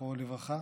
זכרו לברכה,